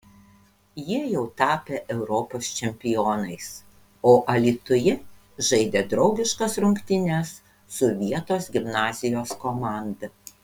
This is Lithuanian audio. jie jau tapę europos čempionais o alytuje žaidė draugiškas rungtynes su vietos gimnazijos komanda